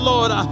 Lord